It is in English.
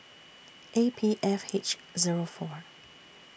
A P F H Zero four